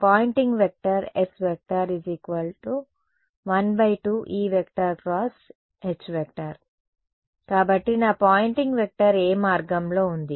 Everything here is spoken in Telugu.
కాబట్టి Poynting vector S 12 E H కాబట్టి నా పాయింటింగ్ వెక్టర్ ఏ మార్గంలో ఉంది